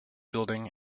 building